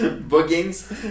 bookings